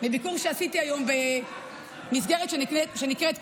בביקור שעשיתי היום במסגרת שנקראת קלאבהאוס.